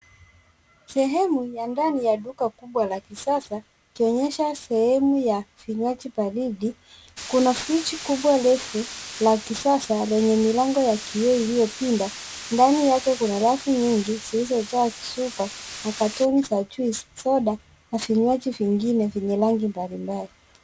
Sehemu ya ndani ya duka kubwa la kisasa ikionyesha sehemu ya vinywaji baridi. Kuna friji kubwa ndefu la kisasa lenye milango ya kioo iliyopinda. Ndani yake kuna rafu nyingi zilizojaa chupa na katoni za juisi, soda na vinywaji vingine vyenye rangi mbalimbali.